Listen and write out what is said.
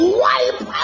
wipe